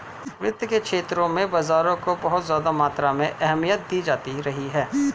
वित्त के क्षेत्र में बाजारों को बहुत ज्यादा मात्रा में अहमियत दी जाती रही है